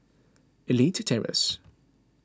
Elite Terrace